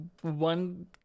One